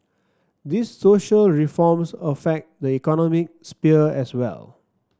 these social reforms affect the economic sphere as well